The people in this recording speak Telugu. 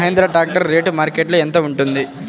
మహేంద్ర ట్రాక్టర్ రేటు మార్కెట్లో యెంత ఉంటుంది?